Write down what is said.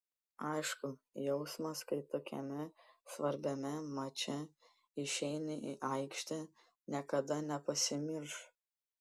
aišku jausmas kai tokiame svarbiame mače išeini į aikštę niekada nepasimirš